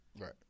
right